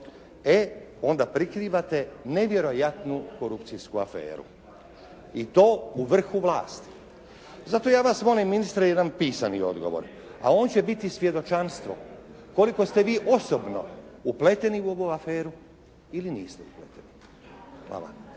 e onda prikrivate nevjerojatnu korupcijsku aferu i to u vrhu vlasti. Zato ja vas molim ministre jedan pisani odgovor, a on će biti svjedočanstvo koliko ste vi osobno upleteni u ovu aferu ili niste upleteni. Hvala.